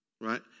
right